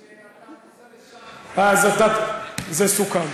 כשאתה תיסע לשם, אז אתה, זה סוכם.